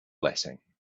blessing